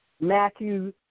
Matthew